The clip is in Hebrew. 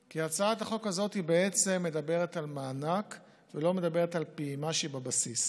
כי הצעת החוק הזאת בעצם מדברת על מענק ולא מדברת על פעימה שהיא בבסיס,